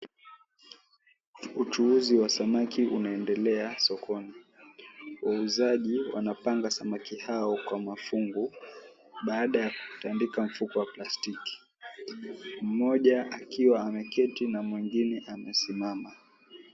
Uchuuzi wa samaki unaendelea sokoni, wauzaji wanapanga samaki hao kwa mafungu, baada ya kutandika mfuko wa plastiki, mmoja akiwa ameketi na mwengine amesimama.